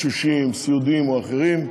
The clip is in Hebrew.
תשושים, סיעודיים או אחרים,